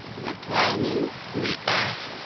the ploughman, the ass,